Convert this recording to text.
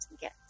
get